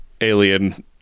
Alien